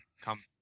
come